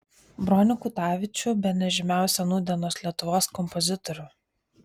bronių kutavičių bene žymiausią nūdienos lietuvos kompozitorių